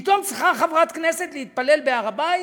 פתאום צריכה חברת כנסת להתפלל בהר-הבית?